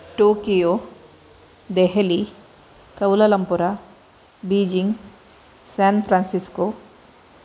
Tokyo Delhi Kuala Lumpur Beijing San Francisco